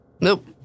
Nope